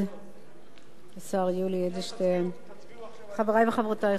השר יולי אדלשטיין, חברי וחברותי חברי הכנסת,